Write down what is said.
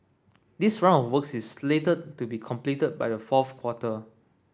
this round of works is slated to be completed by the fourth quarter